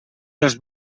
dels